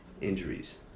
injuries